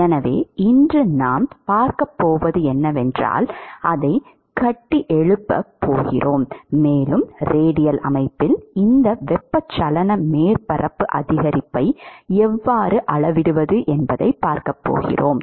எனவே இன்று நாம் பார்க்கப் போவது என்னவென்றால் அதைக் கட்டியெழுப்பப் போகிறோம் மேலும் ரேடியல் அமைப்பில் இந்த வெப்பச்சலன மேற்பரப்பு அதிகரிப்பை எவ்வாறு அளவிடுவது என்பதைப் பார்க்கப் போகிறோம்